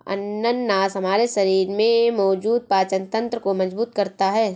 अनानास हमारे शरीर में मौजूद पाचन तंत्र को मजबूत करता है